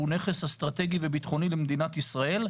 שהוא נכס אסטרטגי ובטחוני למדינת ישראל,